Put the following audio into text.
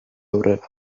aurrera